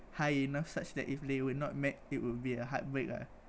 high enough such that if they were not met it would be a heartbreak ah